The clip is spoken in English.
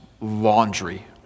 laundry